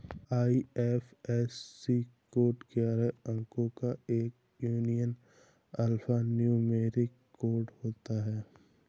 IFSC code ग्यारह अंको का एक यूनिक अल्फान्यूमैरिक कोड होता है